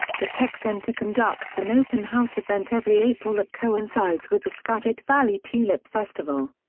the tech center conducts an open house event every april that coincides with the skagit valley tulip festival.